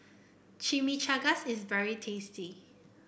Chimichangas is very tasty